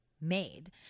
made